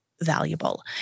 Valuable